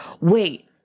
Wait